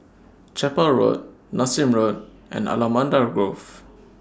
Chapel Road Nassim Road and Allamanda Grove